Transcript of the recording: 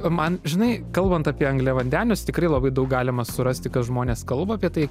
man žinai kalbant apie angliavandenius tikrai labai daug galima surasti ką žmonės kalba apie tai